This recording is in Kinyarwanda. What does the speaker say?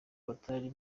batari